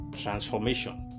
transformation